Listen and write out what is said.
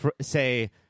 say